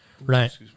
right